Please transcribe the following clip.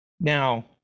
Now